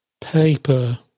paper